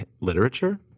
literature